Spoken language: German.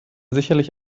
sicherlich